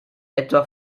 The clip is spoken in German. etwa